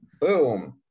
Boom